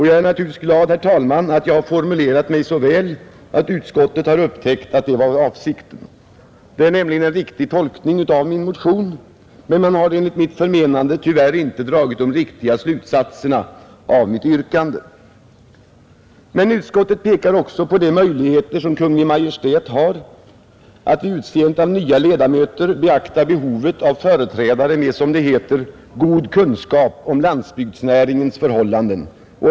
Jag är naturligtvis glad, herr talman, över att jag har formulerat mig så väl att utskottet har upptäckt avsikten med min motion. Utskottets skrivning utgör en riktig tolkning av min motion, men man har enligt mitt förmenande tyvärr inte dragit de riktiga slutsatserna av mitt yrkande. Men utskottet pekar också på de möjligheter som Kungl. Maj:t har att vid utseendet av nya ledamöter beakta behovet av företrädare med, som det heter, god kunskap om landsbygdsnäringarnas förhållanden.